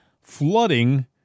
flooding